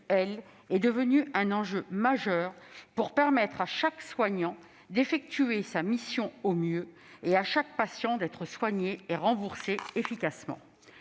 elle, est devenue un enjeu majeur pour permettre à chaque soignant d'effectuer sa mission au mieux et à chaque patient d'être soigné et remboursé efficacement.